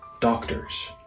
doctors